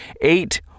Eight